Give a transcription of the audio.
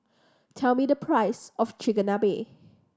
tell me the price of Chigenabe